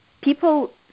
people